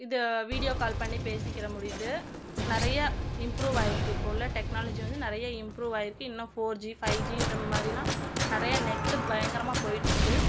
இது video call பண்ணி பேசிக்கிற முடியுது நிறைய இம்ப்ரூவ் ஆகியிருக்கு இப்போ உள்ள டெக்னாலஜி வந்து நிறைய இம்ப்ரூவ் ஆகியிருக்கு இன்னும் ஃபோர் ஜி ஃபைஜின்ற மாதிரிலாம் நிறைய நெட்டு பயங்கரமாக போய்ட்டு இருக்குது